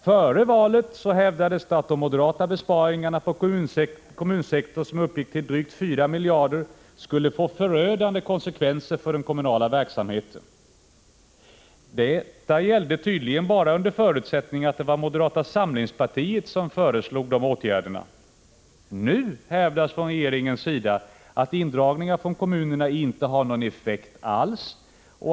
Före valet hävdades det att de moderata besparingarna på kommunsektorn, som uppgick till drygt 4 miljarder kronor, skulle få förödande konsekvenser för den kommunala verksamheten. Detta gällde tydligen bara under förutsättning att det var moderata samlingspartiet som föreslog sådana åtgärder. Nu hävdas från regeringens sida att indragningar från kommunerna inte har någon effekt alls.